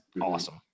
Awesome